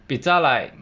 bisexual 比较:jiao like